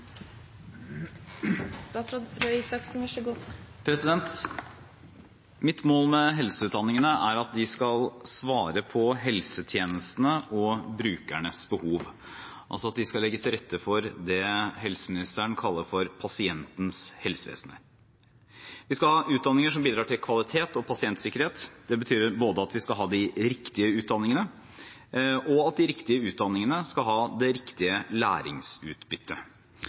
brukernes behov, altså at de skal legge til rette for det helseministeren kaller pasientens helsevesen. Vi skal ha utdanninger som bidrar til kvalitet og pasientsikkerhet. Det betyr både at vi skal ha de riktige utdanningene, og at de riktige utdanningene skal ha det riktige